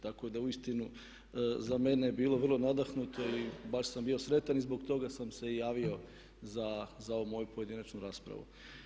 Tako da uistinu za mene je bilo vrlo nadahnuto i baš sam bio sretan i zbog toga sam se i javio za ovu moju pojedinačnu raspravu.